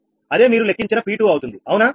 అదే మీరు లెక్కించిన P2 అవుతుంది అవునా